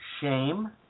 shame